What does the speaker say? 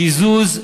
קיזוז,